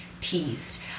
teased